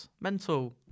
Mental